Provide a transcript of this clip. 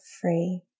free